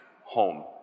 home